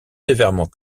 sévèrement